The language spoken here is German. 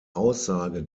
aussage